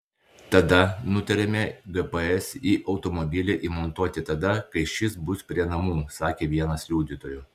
tada nutarėme gps į automobilį įmontuoti tada kai šis bus prie namų sakė vienas liudytojų